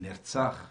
נרצח בדקירות,